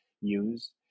use